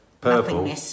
Purple